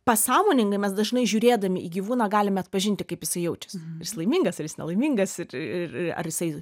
pasąmoningai mes dažnai žiūrėdami į gyvūną galime atpažinti kaip jisai jaučiasi jis laimingas ar jis nelaimingas ir ir ar jisai